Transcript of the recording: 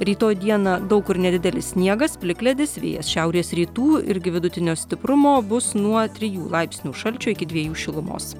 rytoj dieną daug kur nedidelis sniegas plikledis vėjas šiaurės rytų irgi vidutinio stiprumo bus nuo trijų laipsnių šalčio iki dviejų šilumos